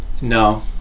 No